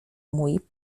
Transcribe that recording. mój